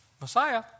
Messiah